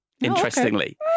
interestingly